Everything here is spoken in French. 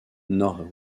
nord